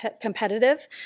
competitive